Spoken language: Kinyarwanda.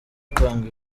gutanga